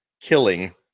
killing